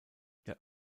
der